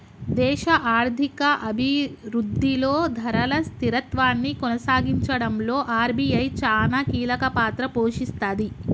దేశ ఆర్థిక అభిరుద్ధిలో ధరల స్థిరత్వాన్ని కొనసాగించడంలో ఆర్.బి.ఐ చానా కీలకపాత్ర పోషిస్తది